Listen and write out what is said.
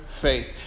faith